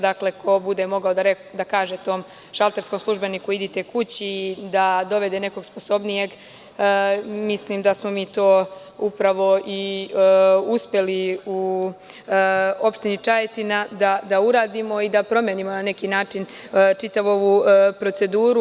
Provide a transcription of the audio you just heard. Dakle, ko bude mogao da kaže tom šalterskom službeniku da ide kući, da dovede nekog sposobnijeg, mislim da smo mi to upravo i uspeli u opštini Čajetina da uradimo i da promenimo na neki način čitavu proceduru.